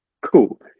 Cool